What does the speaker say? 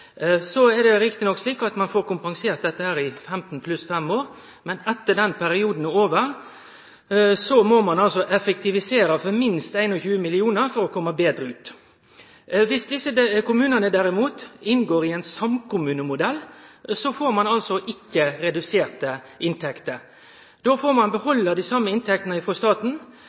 Så er det rett nok slik at ein får kompensert dette i 15+5 år, men etter at den perioden er over, må ein effektivisere for minst 21 mill. kr for å kome betre ut. Dersom desse kommunane derimot inngår i ein samkommunemodell, får ein ikkje reduserte inntekter. Då får ein behalde dei same inntektene frå staten.